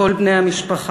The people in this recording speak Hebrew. כל בני המשפחה,